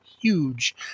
huge